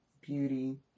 beauty